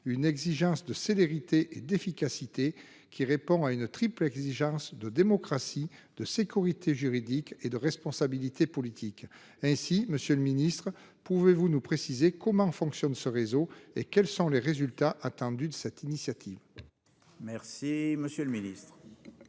une exigence de célérité et d'efficacité qui répond à une triple exigence de démocratie de sécurité juridique et de responsabilité politique. Ainsi, Monsieur le Ministre, pouvez-vous nous préciser comment fonctionne ce réseau et quels sont les résultats attendus de cette initiative. Merci, monsieur le Ministre.